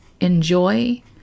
enjoy